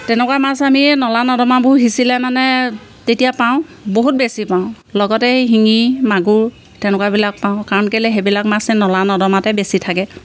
তেনেকুৱা মাছ আমি নলা নদমাবোৰ সিঁচিলে মানে তেতিয়া পাওঁ বহুত বেছি পাওঁ লগতে শিঙি মাগুৰ তেনেকুৱাবিলাক পাওঁ কাৰণ কেলে সেইবিলাক মাছে নলা নদমাতে বেছি থাকে